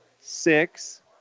six